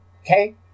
okay